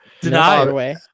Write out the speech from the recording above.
Deny